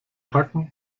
packen